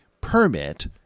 permit